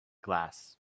glass